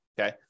Okay